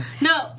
No